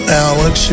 alex